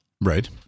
right